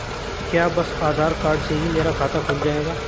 क्या बस आधार कार्ड से ही मेरा खाता खुल जाएगा?